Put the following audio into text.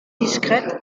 discrète